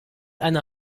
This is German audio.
eine